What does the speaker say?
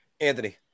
Anthony